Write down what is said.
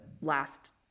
last